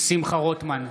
שמחה רוטמן,